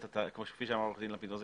כפי שאמר עורך דין לפידות,